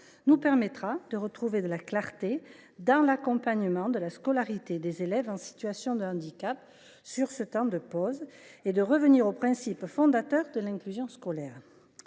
nous permettra de retrouver de la clarté dans l’accompagnement de la scolarité des élèves en situation de handicap sur ce temps de pause, et ainsi de revenir aux principes fondateurs de l’inclusion scolaire.